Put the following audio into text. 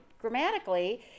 grammatically